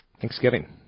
Thanksgiving